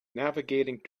navigating